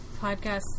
podcast